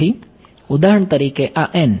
તેથી ઉદાહરણ તરીકે આ n